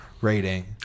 rating